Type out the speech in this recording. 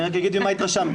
אני רק אגיד ממה התרשמתי.